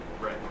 Right